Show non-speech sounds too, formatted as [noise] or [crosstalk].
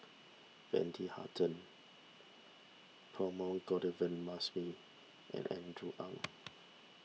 Wendy Hutton Perumal [unintelligible] and Andrew Ang